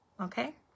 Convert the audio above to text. Okay